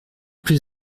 plus